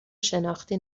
شناختی